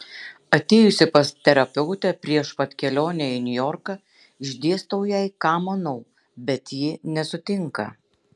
atėjusi pas terapeutę prieš pat kelionę į niujorką išdėstau jai ką manau bet ji nesutinka